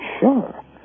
sure